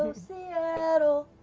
um seattle!